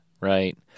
right